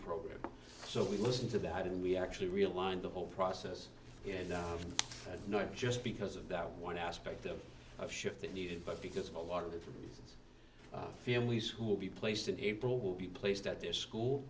program so we listen to that and we actually realigned the whole process and not just because of that one aspect of a shift that needed but because of a lot of different families who will be placed in april will be placed at their school